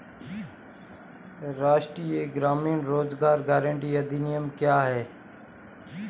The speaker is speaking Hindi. राष्ट्रीय ग्रामीण रोज़गार गारंटी अधिनियम क्या है?